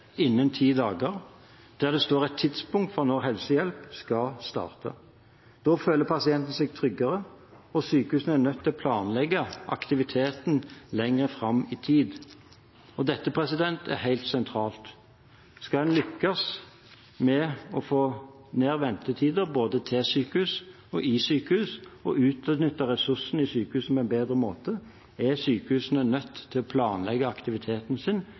innen ti dager, der det står et tidspunkt for når helsehjelpen skal starte. Da føler pasienten seg tryggere, og sykehuset er nødt til å planlegge aktiviteten lenger fram i tid. Dette er helt sentralt. Skal en lykkes med å få ned ventetider både til sykehus og i sykehus og utnytte ressursene i sykehuset på en bedre måte, er sykehusene nødt til å planlegge aktiviteten sin